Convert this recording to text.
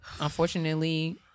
unfortunately